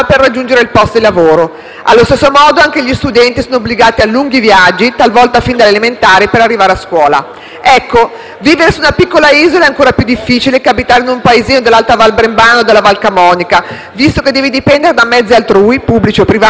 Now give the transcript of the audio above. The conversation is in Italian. allo stesso modo, anche gli studenti sono obbligati a lunghi viaggi, talvolta fin dalle elementari, per arrivare a scuola. Vivere su una piccola isola è ancora più difficile che abitare in un paesino dell'alta Val Brembana o della Val Camonica, visto che si deve dipendere da mezzi altrui, pubblici o privati che siano, come i traghetti.